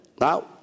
Now